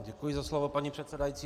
Děkuji za slovo, paní předsedající.